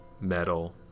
metal